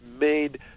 made